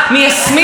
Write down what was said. של עליזה שפק,